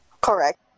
Correct